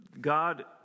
God